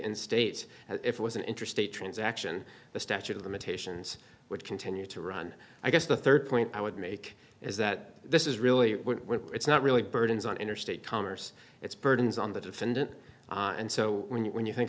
and states if it was an interest in a transaction the statute of limitations would continue to run i guess the third point i would make is that this is really it's not really burdens on interstate commerce it's burdens on the defendant and so when you when you think